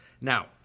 Now